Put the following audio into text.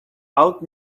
out